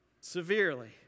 severely